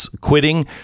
quitting